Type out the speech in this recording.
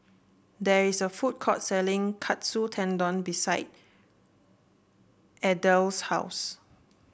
there is a food court selling Katsu Tendon beside Adel's house